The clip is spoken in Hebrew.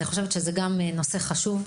גם זה נושא חשוב.